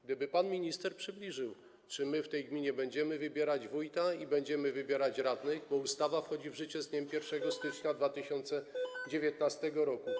Gdyby pan minister przybliżył, czy my w tej gminie będziemy wybierać wójta i będziemy wybierać radnych, bo ustawa wchodzi w życie z dniem 1 stycznia 2019 r.